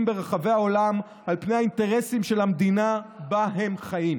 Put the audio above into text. ברחבי העולם על פני האינטרסים של המדינה שבה הם חיים,